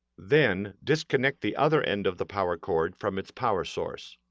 then, disconnect the other end of the power cord from its power source.